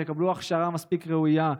שיקבלו הכשרה מספיק ראויה,